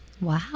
Wow